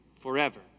forever